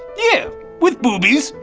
yeah. with boobies.